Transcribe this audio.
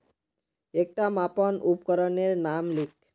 एकटा मापन उपकरनेर नाम लिख?